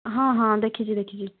ହଁ ହଁ ଦେଖିଛି ଦେଖିଛି